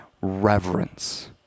reverence